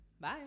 Bye